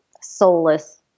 soulless